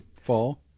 fall